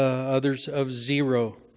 others of zero.